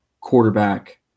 quarterback